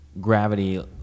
gravity